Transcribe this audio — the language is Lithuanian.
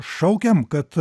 šaukiam kad